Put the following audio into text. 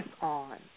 on